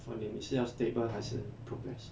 for 你你是要 stable 还是 progress